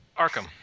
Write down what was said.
Arkham